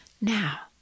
Now